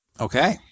Okay